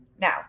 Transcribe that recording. Now